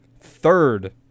Third